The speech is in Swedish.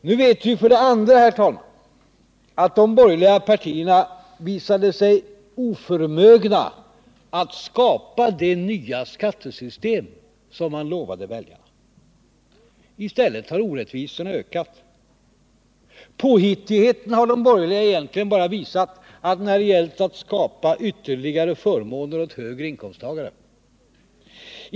Nu vet vi för det andra, herr talman, att de borgerliga partierna visade sig oförmögna att skapa det nya skattesystem man lovade väljarna. I stället har orättvisorna ökat. Påhittighet har de borgerliga egentligen bara visat när det gällt att skapa ytterligare förmåner åt högre inkomsttagare.